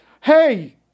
hey